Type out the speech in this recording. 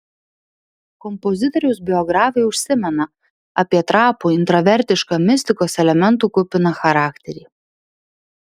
kompozitoriaus biografai užsimena apie trapų intravertišką mistikos elementų kupiną charakterį